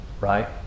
right